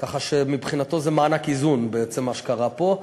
ככה שמבחינתו זה מענק איזון, בעצם, מה שקרה פה.